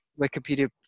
Wikipedia